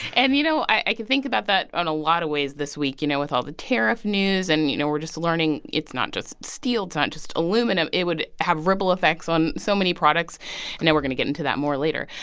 and, you know, i could think about that on a lot of ways this week. you know, with all the tariff news and, you know, we're just learning it's not just steel. it's not just aluminum. it would have ripple effects on so many products. i know we're going to get into that more later.